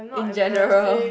in general